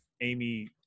amy